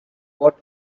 what